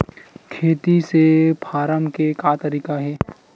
खेती से फारम के का तरीका हे?